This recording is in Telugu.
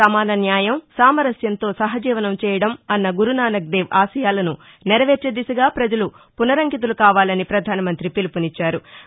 సమాన న్యాయం సామరస్యంతో సహజీవనం చేయడం అన్న గురునానక్ దేవ్ ఆశయాలను నెరవేర్చే దిశగా ప్రజలు పునరంకితులు కావాలని ప్రధానమంత్రి పిలుపునిచ్చారు